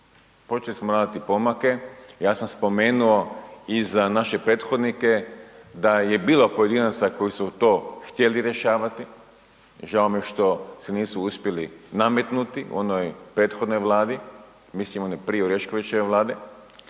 Počeli smo raditi pomake, ja sam spomenuo i za naše prethodnike da je bilo pojedinaca koji su to htjeli rješavati, žao mi je što se nisu uspjeli nametnuti onoj prethodnoj Vladi, mislim onoj prije Oreškovićeve Vlade,